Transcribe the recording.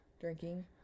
drinking